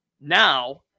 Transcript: now